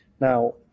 Now